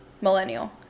millennial